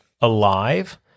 alive